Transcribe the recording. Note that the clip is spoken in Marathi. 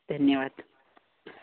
धन्यवाद